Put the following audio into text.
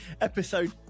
episode